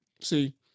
see